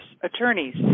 attorneys